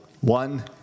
one